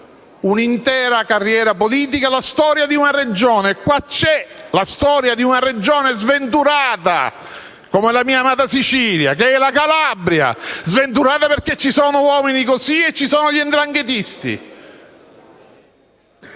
un'intera carriera politica, la storia di una Regione. In questo caso c'è la storia di una Regione sventurata come la mia amata Sicilia, e cioè la Calabria, sventurata perché ci sono uomini di quel tipo e ci sono gli 'ndranghetisti.